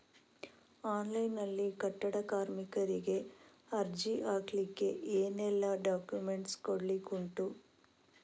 Online ನಲ್ಲಿ ಕಟ್ಟಡ ಕಾರ್ಮಿಕರಿಗೆ ಅರ್ಜಿ ಹಾಕ್ಲಿಕ್ಕೆ ಏನೆಲ್ಲಾ ಡಾಕ್ಯುಮೆಂಟ್ಸ್ ಕೊಡ್ಲಿಕುಂಟು?